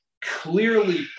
clearly